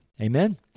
Amen